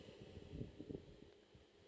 <S